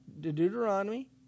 Deuteronomy